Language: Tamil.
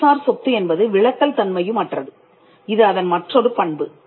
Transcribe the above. அறிவுசார் சொத்து என்பது விலக்கல் தன்மையும் அற்றது இது அதன் மற்றொரு பண்பு